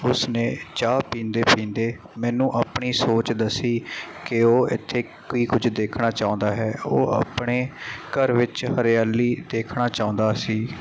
ਉਸ ਨੇ ਚਾਹ ਪੀਂਦੇ ਪੀਂਦੇ ਮੈਨੂੰ ਆਪਣੀ ਸੋਚ ਦੱਸੀ ਕਿ ਉਹ ਇੱਥੇ ਕੀ ਕੁਝ ਦੇਖਣਾ ਚਾਹੁੰਦਾ ਹੈ ਉਹ ਆਪਣੇ ਘਰ ਵਿੱਚ ਹਰਿਆਲੀ ਦੇਖਣਾ ਚਾਹੁੰਦਾ ਸੀ